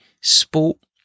sport